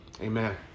Amen